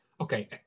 Okay